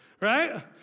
right